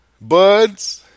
Bud's